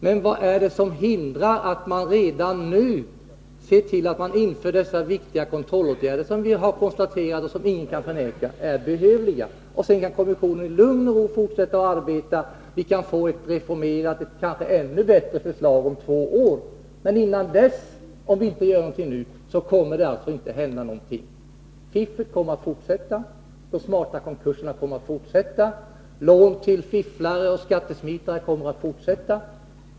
Men vad är det som hindrar att man redan nu ser till att dessa viktiga kontrollåtgärder vidtas, om vilka ingen kan säga annat än att de är behövliga? Sedan kan kommissionen i lugn och ro fortsätta att arbeta. Vi kan få ett reformerat, kanske ännu bättre förslag om två år. Men om vi inte gör någonting nu, kommer det alltså inte att hända någonting. Fifflet kommer att fortsätta, de smarta konkurserna kommer att fortsätta, långivning till fifflare och skattesmitare kommer att fortsätta.